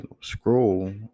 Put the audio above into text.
scroll